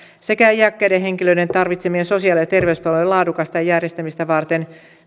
sekä iäkkäiden henkilöiden tarvitsemien sosiaali ja terveyspalvelujen laadukasta järjestämistä varten